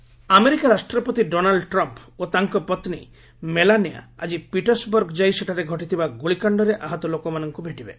Trump shooting America ରାଷ୍ଟ୍ରପତି Donald Trump ଓ ତାଙ୍କ ପତ୍ନୀ ମେଲାନିଆ ଆଜି ପିଟ୍ସବର୍ଗ ଯାଇ ସେଠାରେ ଘଟିଥିବା ଗୁଳିକାଣ୍ଡରେ ଆହତ ଲୋକମାନଙ୍କୁ ଭେଟିବେ